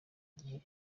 gihe